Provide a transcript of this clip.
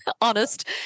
honest